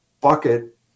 bucket